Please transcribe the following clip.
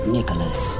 Nicholas